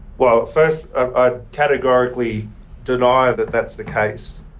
well first i categorically deny that that's the case.